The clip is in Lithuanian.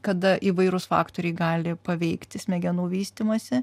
kada įvairūs faktoriai gali paveikti smegenų vystymąsi